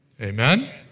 Amen